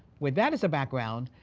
with that as a background,